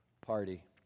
party